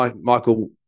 Michael